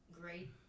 great